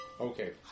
Okay